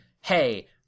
Hey